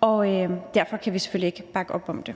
og derfor kan vi selvfølgelig ikke bakke op om det.